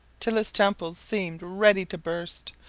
till his temples seemed ready to burst.